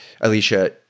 Alicia